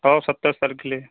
हो सत्तावीस तारखेला